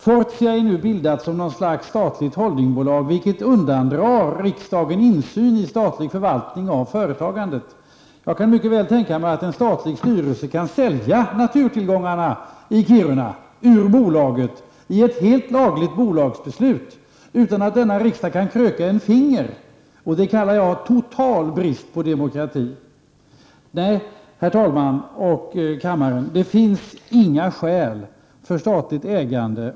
Fortia är nu bildat som något slags statligt holdingbolag, vilket undandrar riksdagen insyn i statlig förvaltning av företagandet. Jag kan mycket väl tänka mig att en statlig styrelse kan sälja naturtillgångarna i Kiruna, ur bolaget, i ett lagligt bolagsbeslut utan att denna riksdag kan kröka ett finger. Det kallar jag total brist på demokrati. Nej, herr talman och kammarledamöter, det finns inga skäl för statligt ägande.